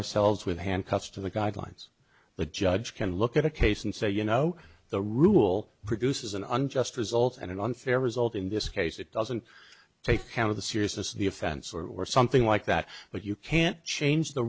ourselves with handcuffs to the guidelines the judge can look at a case and say you know the rule produces an unjust result and an unfair result in this case it doesn't take count of the seriousness of the offense or something like that but you can't change the